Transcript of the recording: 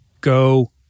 Go